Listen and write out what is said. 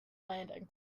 landing